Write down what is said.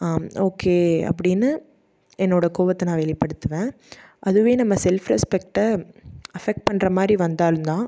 okay அப்படின்னு என்னோடய கோபத்த நான் வெளிப்படுத்துவேன் அதுவே நம்ம செல்ஃப் ரெஸ்பெக்ட்டை அஃபெக்ட் பண்ற மாதிரி வந்தாலுந்தான்